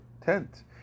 tent